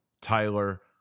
Tyler